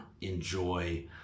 enjoy